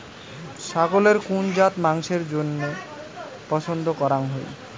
ছাগলের কুন জাত মাংসের জইন্য পছন্দ করাং হই?